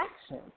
action